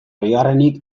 bigarrenik